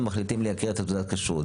מחליטים לייקר את תעודת הכשרות.